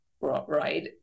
Right